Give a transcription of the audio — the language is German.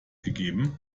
gegeben